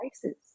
places